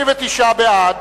39 בעד,